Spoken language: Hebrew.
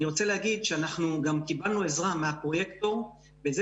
אני רוצה להגיד שאנחנו גם קיבלנו עזרה מהפרויקטור בזה